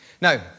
Now